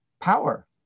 power